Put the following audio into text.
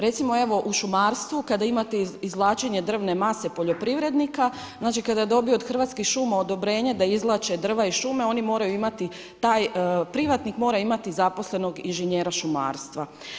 Recimo evo u šumarstvu kada imate izvlačenje drvne mase poljoprivrednika, znači kada dobije od Hrvatskih šuma odobrenje da izvlače drva iz šume taj privatnik mora imati zaposlenog inženjera šumarstva.